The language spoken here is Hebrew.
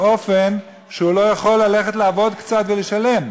באופן שהוא לא יכול ללכת לעבוד קצת ולשלם.